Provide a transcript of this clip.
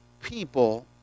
people